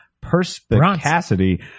Perspicacity